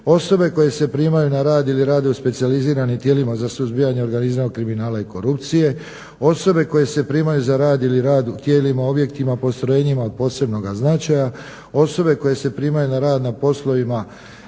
osobe koje se primaju na rad ili rade u specijaliziranim tijelima za suzbijanje organiziranog kriminala i korupcije, osobe koje se primaju za rad ili radnim tijelima objektima, postrojenjima od posebnoga značaja, osobe koje se primaju na rad na poslovima